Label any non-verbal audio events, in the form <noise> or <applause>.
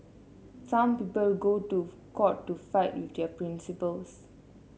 some people go to court to fight <unintelligible> their principles